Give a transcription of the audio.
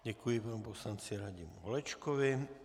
Děkuji panu poslanci Radimu Holečkovi.